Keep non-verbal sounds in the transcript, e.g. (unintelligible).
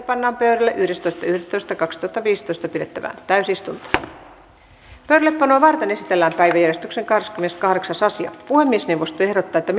(unintelligible) pannaan pöydälle yhdestoista yhdettätoista kaksituhattaviisitoista pidettävään täysistuntoon pöydällepanoa varten esitellään päiväjärjestyksen kahdeskymmeneskahdeksas asia puhemiesneuvosto ehdottaa että (unintelligible)